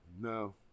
No